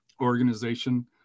organization